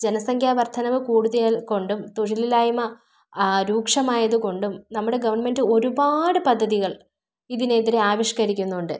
ജനസംഖ്യ വർദ്ധനവ് കൂടുതൽ കൊണ്ടും തൊഴിലില്ലായ്മ രൂക്ഷമായത് കൊണ്ടും നമ്മുടെ ഗവൺമെൻറ്റ് ഒരുപാട് പദ്ധതികൾ ഇതിനെതിരെ ആവിഷ്കരിക്കുന്നുണ്ട്